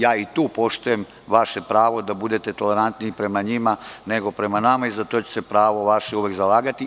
Ja i tu poštujem vaše pravo da budete tolerantniji prema njima nego prema nama i za to ću se vaše pravo uvek zalagati.